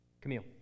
Camille